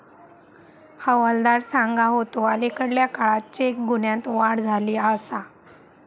हवालदार सांगा होतो, अलीकडल्या काळात चेक गुन्ह्यांत वाढ झाली आसा